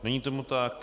Není tomu tak.